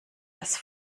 das